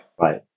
Right